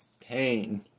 pain